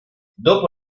dopo